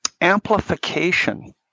amplification